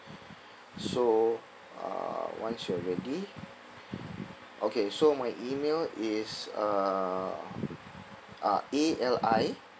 so uh once you're ready okay so my email is uh uh A L I